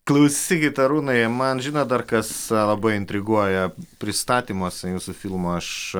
klausykit arūnai man žinot dar kas labai intriguoja pristatymuose jūsų filmo aš